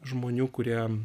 žmonių kurie